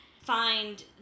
find